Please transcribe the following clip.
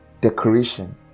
decoration